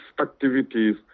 activities